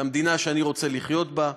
למדינה שאני רוצה לחיות בה.